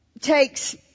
takes